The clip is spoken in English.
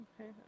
Okay